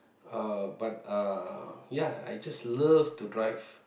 uh but uh ya I just love to drive